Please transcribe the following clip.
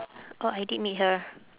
oh I did meet her